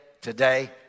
today